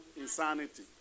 insanity